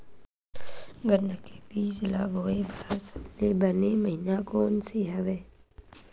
गन्ना के बीज ल बोय बर सबले बने महिना कोन से हवय?